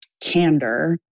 candor